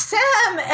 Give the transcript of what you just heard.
Sam